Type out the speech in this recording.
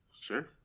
Sure